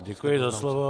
Děkuji za slovo.